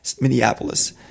Minneapolis